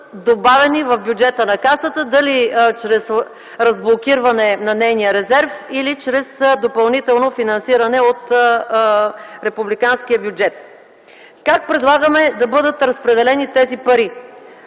добавени в бюджета на касата – дали чрез разблокирване на нейния резерв или чрез допълнително финансиране от републиканския бюджет. Как предлагаме да бъдат разпределени тези пари?